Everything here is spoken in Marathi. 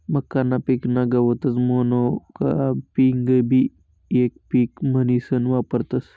मक्काना पिकना गतच मोनोकापिंगबी येक पिक म्हनीसन वापरतस